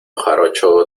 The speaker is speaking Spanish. jarocho